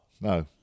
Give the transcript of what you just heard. No